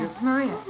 Maria